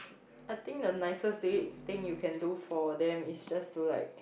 I think the nicest day thing you can do for them is just to like